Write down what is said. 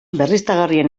berriztagarrien